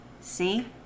See